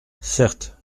certes